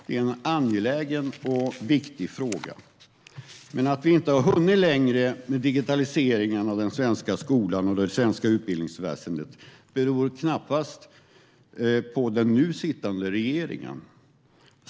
Det är en angelägen och viktig fråga. Att vi inte har hunnit längre med digitaliseringen av den svenska skolan och det svenska utbildningsväsendet beror dock knappast på den nu sittande regeringen.